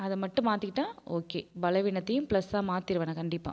அதை மட்டும் மாற்றிக்கிட்டா ஓகே பலவீனத்தையும் ப்ளஸ்ஸாக மாற்றிடுவேன் நான் கண்டிப்பாக